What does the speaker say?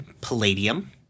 palladium